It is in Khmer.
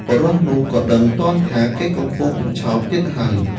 បុរសនោះក៏ដឹងទាន់ថាគេកំពុងតែបញ្ឆោតទៀតហើយ។